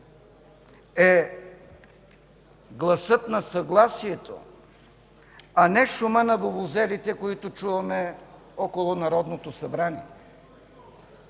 е гласът на съгласието, а не шумът на вувузелите, които чуваме около Народното събрание.